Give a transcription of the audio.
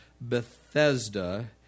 Bethesda